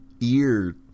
ear